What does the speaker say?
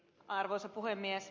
arvoisa puhemies